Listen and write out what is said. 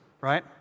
right